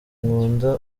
nkunda